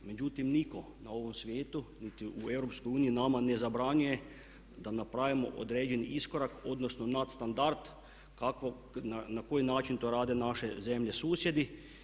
Međutim, nitko na ovom svijetu niti u EU nama ne zabranjuje da napravimo određeni iskorak odnosno nadstandard kako, na koji način to rade naše zemlje susjedi.